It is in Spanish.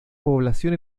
población